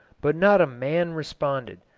but not a man responded.